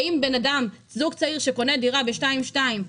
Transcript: האם זוג צעיר שקונה דירה ב-2.2 מיליון,